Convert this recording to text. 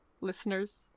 listeners